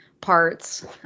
parts